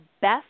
best